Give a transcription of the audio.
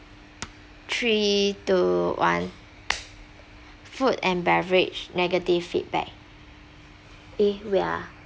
three two one food and beverage negative feedback eh wait ah